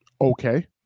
okay